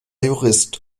jurist